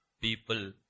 people